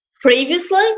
previously